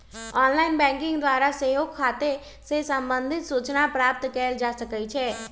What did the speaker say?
online banking द्वारा सेहो खते से संबंधित सूचना प्राप्त कएल जा सकइ छै